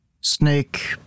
Snake